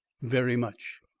very much.